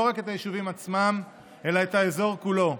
רק את היישובים עצמם אלא את האזור כולו.